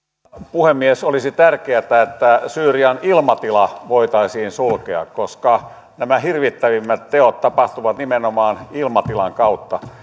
puhemies olisi tärkeätä että syyrian ilmatila voitaisiin sulkea koska nämä hirvittävimmät teot tapahtuvat nimenomaan ilmatilan kautta